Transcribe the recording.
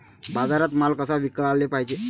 बाजारात माल कसा विकाले पायजे?